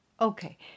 Okay